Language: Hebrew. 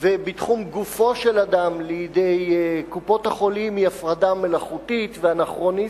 ובתחום גופו של אדם לידי קופות-החולים היא הפרדה מלאכותית ואנכרוניסטית.